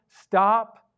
Stop